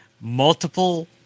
multiple